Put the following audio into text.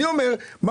זה הסיפור.